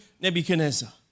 Nebuchadnezzar